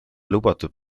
lubatud